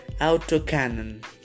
autocannon